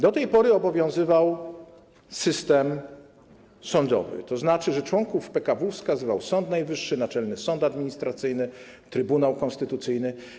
Do tej pory obowiązywał system sądowy, tzn. że członków PKW wskazywał Sąd Najwyższy, Naczelny Sąd Administracyjny, Trybunał Konstytucyjny.